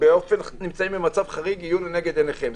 שנמצאים במצב חריג, יהיו לנגד עיניכם.